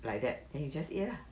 like that then you just eat lah